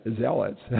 zealots